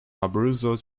abruzzo